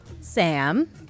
Sam